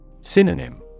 Synonym